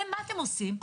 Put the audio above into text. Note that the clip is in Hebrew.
מה אתם עושים?